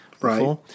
right